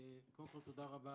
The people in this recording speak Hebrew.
תודה.